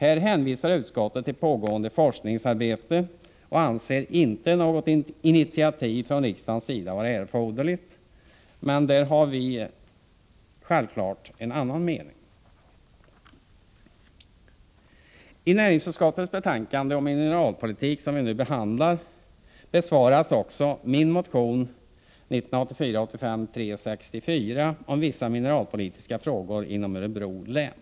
Här hänvisar utskottet till pågående forskningsarbete och anser inte något initiativ från riksdagens sida vara erforderligt. Här har vi självfallet en annan mening. I näringsutskottets betänkande om mineralpolitik, som vi nu behandlar, bemöts också min motion 1984/85:364 om vissa mineralpolitiska frågor inom Örebro län.